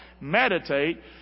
Meditate